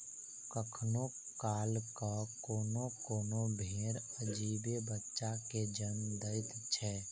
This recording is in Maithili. कखनो काल क कोनो कोनो भेंड़ अजीबे बच्चा के जन्म दैत छै